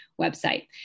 website